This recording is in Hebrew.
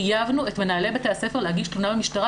חייבנו את מנהלי בתי הספר להגיש תלונה במשטרה,